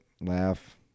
laugh